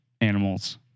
animals